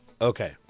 Okay